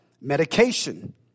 medication